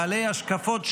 בעלי השקפות שונות,